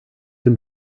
can